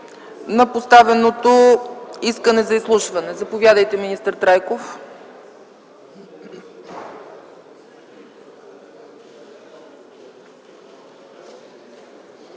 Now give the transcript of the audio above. на поставеното искане за изслушване. Заповядайте, министър Трайков.